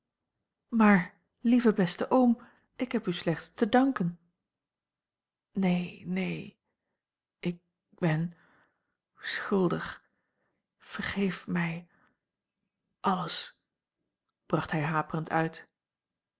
maar lieve beste oom ik heb u slechts te danken neen neen ik ben schuldig vergeef mij alles bracht hij haperend uit